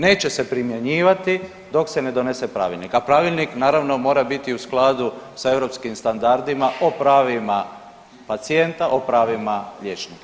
Neće se primjenjivati dok se ne donese pravilnik, a pravilnik naravno, mora biti u skladu sa europskim standardima o pravima pacijenta, o pravima liječnika.